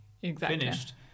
finished